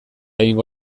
egingo